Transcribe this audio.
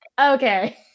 okay